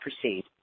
proceed